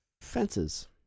Fences